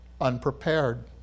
unprepared